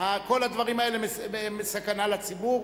כל הדברים האלה הם סכנה לציבור,